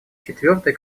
четвертой